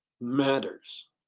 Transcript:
matters